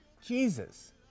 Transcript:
Jesus